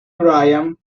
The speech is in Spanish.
bryan